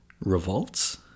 Revolts